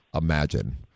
imagine